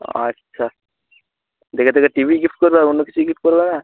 আচ্ছা দেখে দেখে টি ভিই গিফট করবে আর অন্য কিছুই গিফট করবে না